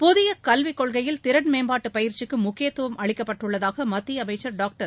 புதிய கல்விக் கொள்கையில் திறன் மேம்பாட்டு பயிற்சிக்கு முக்கியத்துவம் அளிக்கப்பட்டுள்ளதாக மத்திய அமைச்சர் டாக்டர்